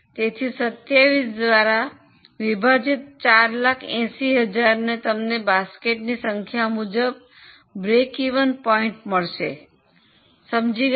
તેથી 27 દ્વારા વિભાજિત 480000 તમને બાસ્કેટ્સની સંખ્યા મુજબ સમતૂર બિંદુ મળશે શું તમે સમજી શક્યા